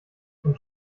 und